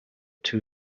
two